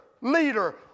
leader